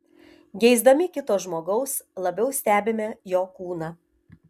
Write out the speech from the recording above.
geisdami kito žmogaus labiau stebime jo kūną